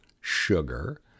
sugar